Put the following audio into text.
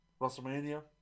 WrestleMania